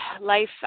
life